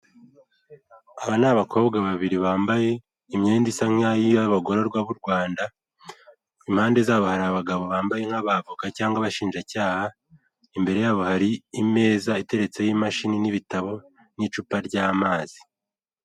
Aba ni abakobwa babiri bambaye imyenda isa nk'ay y'abagororwa b'u Rwanda impande zabo hari abagabo bambaye nk'abavoka cyangwa abashinjacyaha imbere yabo hari imeza iteretseho imashini n'ibitabo n'icupa ry'amazi.